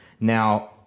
Now